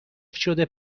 شده